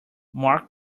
mark